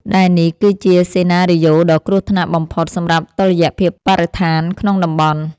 ដែលនេះគឺជាសេណារីយ៉ូដ៏គ្រោះថ្នាក់បំផុតសម្រាប់តុល្យភាពបរិស្ថានក្នុងតំបន់។